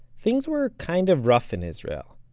things were kind of rough in israel.